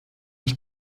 ich